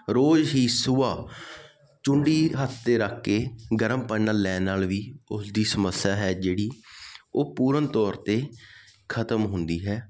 ਰੋਜ਼ ਹੀ ਸੁਬਾਹ ਚੁੰਡੀ ਹੱਥ 'ਤੇ ਰੱਖ ਕੇ ਗਰਮ ਪਾਣੀ ਨਾਲ ਲੈਣ ਨਾਲ ਵੀ ਉਸ ਦੀ ਸਮੱਸਿਆ ਹੈ ਜਿਹੜੀ ਉਹ ਪੂਰਨ ਤੌਰ 'ਤੇ ਖਤਮ ਹੁੰਦੀ ਹੈ